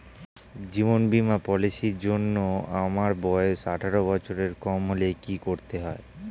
জীবন বীমা পলিসি র জন্যে আমার বয়স আঠারো বছরের কম হলে কি করতে হয়?